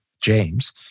James